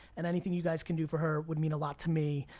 and anything you guys can do for her, would mean a lot to me.